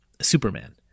Superman